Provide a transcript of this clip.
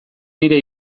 nire